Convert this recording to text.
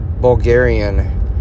Bulgarian